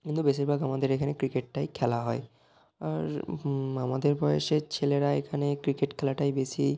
কিন্তু বেশিরভাগ আমাদের এখানে ক্রিকেটটাই খেলা হয় আর আমাদের বয়েসের ছেলেরা এখানে ক্রিকেট খেলাটাই বেশি